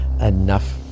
enough